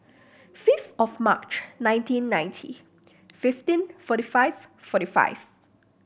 fifth of March nineteen ninety fifteen forty five forty five